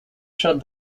shut